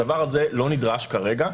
הדבר הזה לא נדרש כרגע.